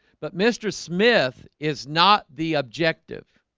but mr. smith is not the objective